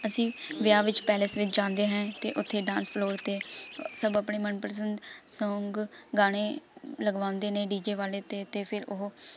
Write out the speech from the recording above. ਅਸੀਂ ਵਿਆਹ ਵਿੱਚ ਪੈਲਿਸ ਵਿੱਚ ਜਾਂਦੇ ਹੈ ਅਤੇ ਉੱਥੇ ਡਾਂਸ ਫਲੋਰ 'ਤੇ ਸਭ ਆਪਣੇ ਮਨਪਸੰਦ ਸੌਂਗ ਗਾਣੇ ਲਗਵਾਉਂਦੇ ਨੇ ਡੀ ਜੇ ਵਾਲੇ ਤੋਂ ਅਤੇ ਫਿਰ ਉਹ